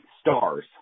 stars